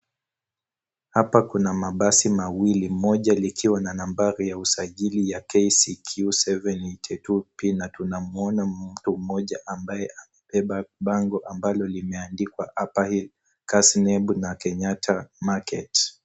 Hapa kuna mabasi mawili moja likiwa na nambari ya usajili ya KCQ 782P na tunamwona mtu mmoja ambaye amebeba bango ambalo limeandikwa Upperhill, KASNEB na Kenyatta Market.